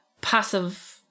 passive